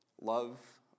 Love